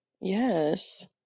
Yes